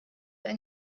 ein